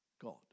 God